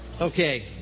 Okay